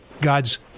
God's